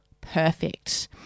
perfect